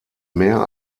mehr